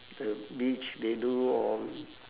the beach they do all